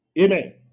Amen